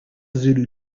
zulu